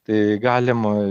tai galima